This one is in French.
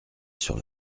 sur